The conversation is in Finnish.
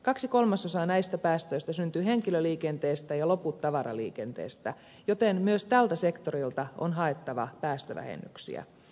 kaksi kolmasosaa näistä päästöistä syntyy henkilöliikenteestä ja loput tavaraliikenteestä joten myös tältä sektorilta on haettava päästövähennyksiä